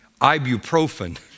ibuprofen